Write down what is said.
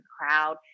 crowd